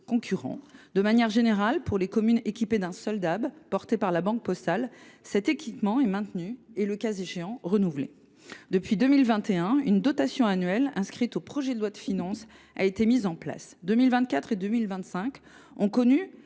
concurrent. De manière générale, pour les communes équipées d’un seul DAB porté par La Banque Postale, cet équipement est maintenu et, le cas échéant, renouvelé. Depuis 2021, une dotation annuelle inscrite dans le projet de loi de finances a été mise en place. Les dotations